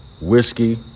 Whiskey